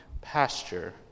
pasture